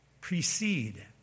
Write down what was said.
Precede